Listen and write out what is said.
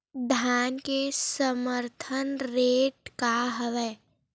धान के समर्थन रेट का हवाय?